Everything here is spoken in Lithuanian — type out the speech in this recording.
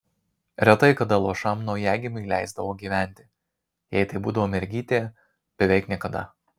retai kada luošam naujagimiui leisdavo gyventi jei tai būdavo mergytė beveik niekada